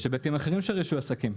יש היבטים אחרים של רישוי עסקים.